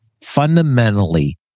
fundamentally